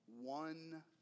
one